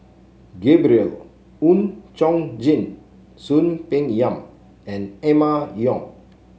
Gabriel Oon Chong Jin Soon Peng Yam and Emma Yong